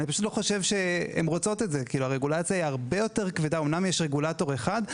אני פשוט לא חושב שהן רוצות את זה; אמנם יש רגולטור אחד,